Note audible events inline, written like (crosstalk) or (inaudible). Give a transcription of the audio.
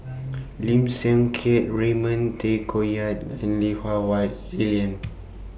(noise) Lim Siang Keat Raymond Tay Koh Yat and Lui Hah Wah Elen